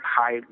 high